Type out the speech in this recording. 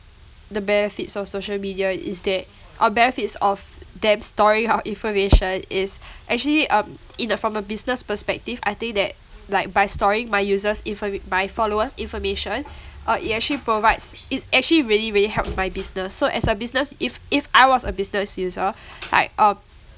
the benefits of social media is that uh benefits of them storing our information is actually um in a from a business perspective I think that like by storing my users infor~ my followers information uh it actually provides it actually really really helps my business so as a business if if I was a business user like um